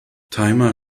timer